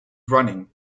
running